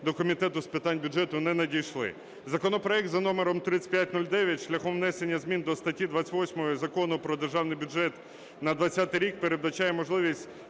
до Комітету з питань бюджету не надійшли. Законопроект за номером 3509 шляхом внесення змін до статті 28 Закону про Державний бюджет на 20-й рік передбачає можливість